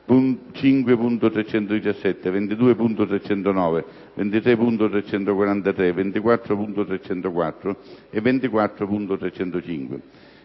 5.317, 22.309, 23.343, 24.304 e 24.305.